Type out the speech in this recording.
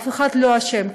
אף אחד לא אשם,